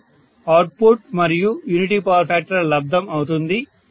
అది అవుట్ఫుట్ మరియు unity power factor ల లబ్దం అవుతుంది